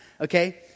okay